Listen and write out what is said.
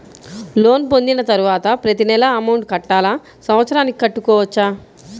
Loan పొందిన తరువాత ప్రతి నెల అమౌంట్ కట్టాలా? సంవత్సరానికి కట్టుకోవచ్చా?